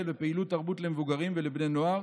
ופעילות תרבות למבוגרים ולבני נוער,